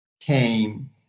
came